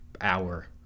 hour